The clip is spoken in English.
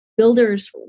Builders